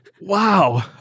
Wow